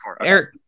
Eric